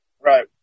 Right